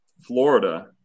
Florida